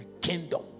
kingdom